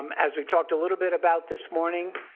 um as we talked a little bit about this morning,